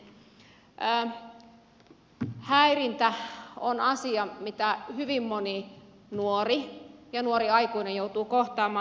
häirintä on asia mitä hyvin moni nuori ja nuori aikuinen joutuu kohtaamaan